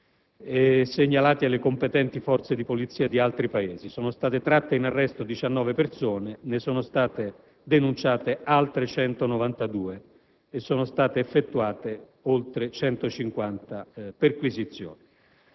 segnalati alle competenti forze di polizia di altri Paesi; sono state tratte in arresto 19 persone e denunciate altre 192; sono state effettuate oltre 150 perquisizioni.